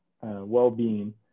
well-being